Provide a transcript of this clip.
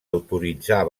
autoritzar